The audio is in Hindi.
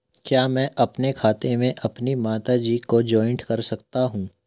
क्या मैं अपने खाते में अपनी माता जी को जॉइंट कर सकता हूँ?